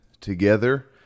together